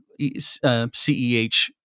CEH